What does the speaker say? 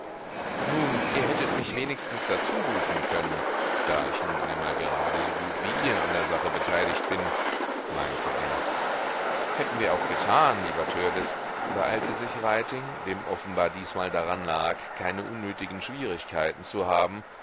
nun ihr hättet mich wenigstens dazu rufen können da ich nun einmal gerade so gut wie ihr an der sache beteiligt bin meinte er hätten wir auch getan lieber törleß beeilte sich reiting dem offenbar diesmal daran lag keine unnötigen schwierigkeiten zu haben